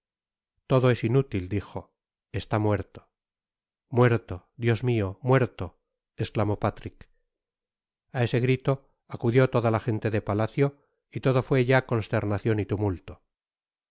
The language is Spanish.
todo es inútil dijo está muerto muerto dios mio muerto esclamó patrick a ese grito acudió toda la gente de palacio y todo fué ya consternacion y tumulto no